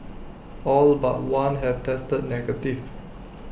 all but one have tested negative